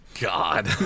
God